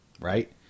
right